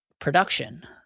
production